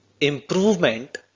improvement